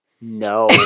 no